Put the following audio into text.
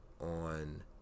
on